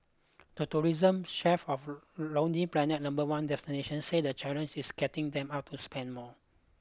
the tourism chief of Lonely Planet number one destination say the challenge is getting them out to spend more